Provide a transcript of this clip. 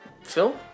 Phil